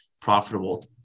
profitable